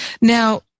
Now